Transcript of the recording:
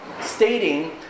stating